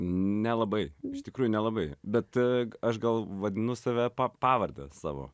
nelabai iš tikrųjų nelabai bet aš gal vadinu save pa pavarde savo